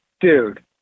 dude